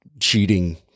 cheating